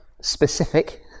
specific